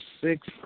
six